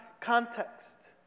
context